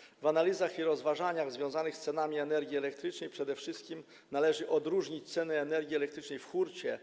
Jeśli chodzi o analizy i rozważania związane z cenami energii elektrycznej, to przede wszystkim należy odróżnić cenę energii elektrycznej w hurcie,